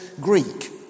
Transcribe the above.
Greek